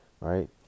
Right